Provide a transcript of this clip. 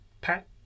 pat